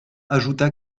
ajouta